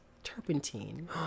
turpentine